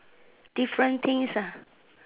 different things ah